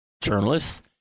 journalists